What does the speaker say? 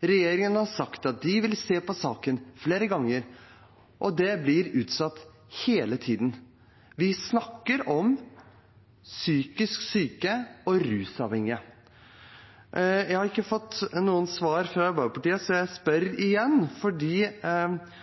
Regjeringen har sagt at de vil se på saken – flere ganger. Men det blir utsatt hele tiden. Vi snakker om psykisk syke og rusavhengige. Jeg har ikke fått noe svar fra Arbeiderpartiet, så jeg spør igjen, fordi